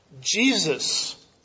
Jesus